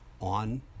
on